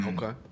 Okay